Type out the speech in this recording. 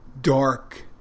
dark